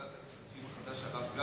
לפחות מאיש עם ערכים,